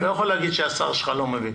אתה לא יכול להגיד שהשר שלך לא מבין